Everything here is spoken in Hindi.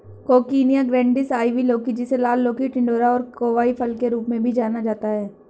कोकिनिया ग्रैंडिस, आइवी लौकी, जिसे लाल लौकी, टिंडोरा और कोवाई फल के रूप में भी जाना जाता है